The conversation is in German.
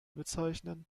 bezeichnen